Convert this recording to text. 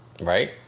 Right